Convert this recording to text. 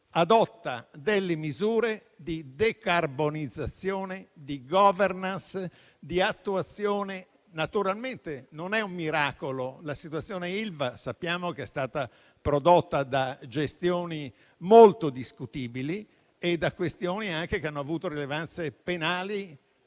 adotta delle misure di decarbonizzazione, di *governance* e di attuazione. Naturalmente non è un miracolo; sappiamo che la situazione dell'Ilva è stata prodotta da gestioni molto discutibili e da questioni che hanno avuto rilevanza penale